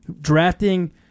drafting